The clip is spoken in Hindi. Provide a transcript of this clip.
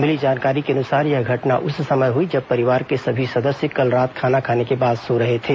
मिली जानकारी के अनुसार यह घटना उस समय हई जब परिवार के सभी सदस्य कल रात खाना खाने के बाद सो रहे थे